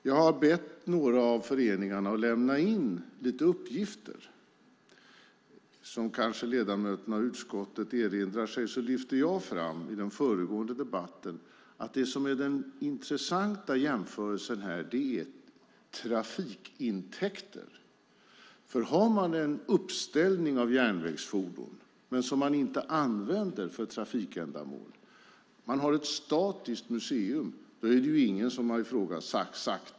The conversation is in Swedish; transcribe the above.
Jag har bett några av föreningarna att lämna in lite uppgifter. Som ledamöterna av utskottet kanske erinrar sig lyfte jag i den föregående debatten fram att den intressanta jämförelsen här gäller trafikintäkter. Ingen har sagt att det ska ske en registrering när det är en uppställning av järnvägsfordon som inte används för trafikändamål - ett statiskt museum.